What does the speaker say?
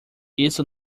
isto